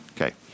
Okay